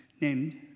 named